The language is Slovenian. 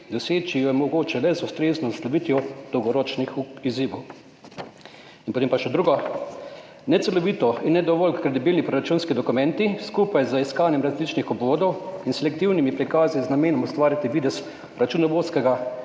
doseči jo je mogoče le z ustrezno naslovitvijo dolgoročnih izzivov. Potem pa še drugo: neceloviti in ne dovolj kredibilni proračunski dokumenti skupaj z iskanjem različnih obvodov in selektivnimi prikazi z namenom ustvariti videz računovodskega